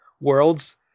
worlds